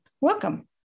Welcome